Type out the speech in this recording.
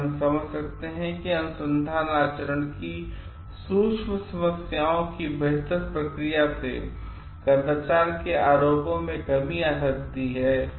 इसलिए हम समझ सकते हैं कि अनुसंधान आचरण की सूक्ष्म समस्याओं की बेहतर प्रतिक्रिया से कदाचार के आरोपों में कमी आ सकती है